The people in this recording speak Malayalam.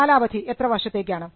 കാലാവധി എത്ര വർഷത്തേക്കാണ്